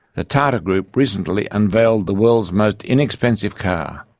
the tata group recently unveiled the world's most inexpensive car.